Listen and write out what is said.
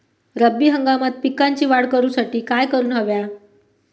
रब्बी हंगामात पिकांची वाढ करूसाठी काय करून हव्या?